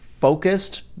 focused